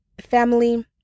family